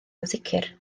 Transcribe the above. ansicr